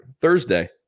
Thursday